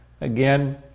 Again